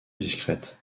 discrète